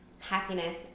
happiness